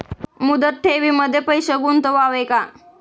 मुदत ठेवींमध्ये पैसे गुंतवावे का?